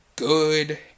Good